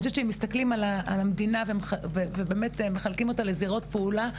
אני חושבת שאם מסתכלים על המדינה ומחלקים אותה לזירות פעולה,